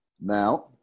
Now